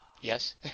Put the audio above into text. yes